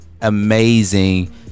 amazing